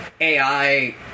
AI